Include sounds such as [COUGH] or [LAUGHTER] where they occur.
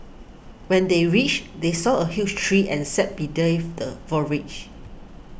when they reached they saw a huge tree and sat [UNINTELLIGIBLE] the [UNINTELLIGIBLE]